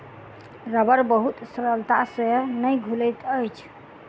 रबड़ बहुत सरलता से नै घुलैत अछि